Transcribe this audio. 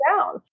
down